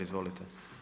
Izvolite.